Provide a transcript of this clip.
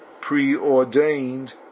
preordained